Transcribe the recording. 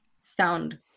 sound